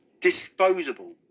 Disposable